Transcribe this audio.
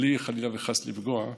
בלי חלילה וחס לפגוע,